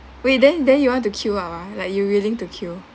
wait then then you want to queue up ah like you willing to queue